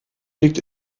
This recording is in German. liegt